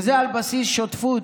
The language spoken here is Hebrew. וזה על בסיס שותפות,